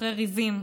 אחרי ריבים,